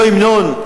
לא המנון,